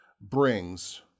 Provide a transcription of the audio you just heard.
brings